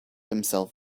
himself